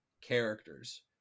characters